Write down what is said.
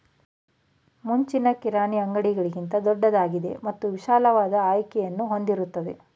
ಮುಂಚಿನ ಕಿರಾಣಿ ಅಂಗಡಿಗಳಿಗಿಂತ ದೊಡ್ದಾಗಿದೆ ಮತ್ತು ವಿಶಾಲವಾದ ಆಯ್ಕೆಯನ್ನು ಹೊಂದಿರ್ತದೆ